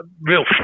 real